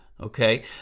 Okay